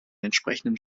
entsprechenden